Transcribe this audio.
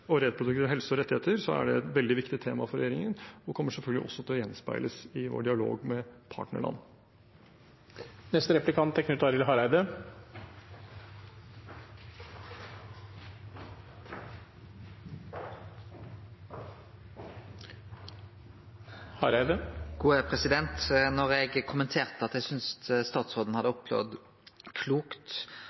og reproduktive rettigheter og deres helse, er det et veldig viktig tema for regjeringen og kommer selvfølgelig også til å gjenspeiles i vår dialog med partnerland. Da eg kommenterte at eg syntest statsråden hadde opptredd klokt